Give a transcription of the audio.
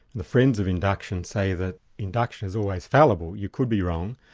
the friends of induction say that induction's always fallible, you could be wrong,